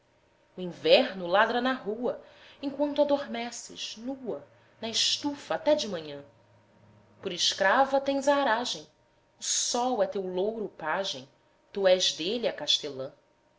o inverno ladra na rua enquanto adormeces nua na estufa até de manhã por escrava tens a aragem o sol é teu louro pajem tu és dele a